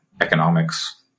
economics